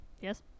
yes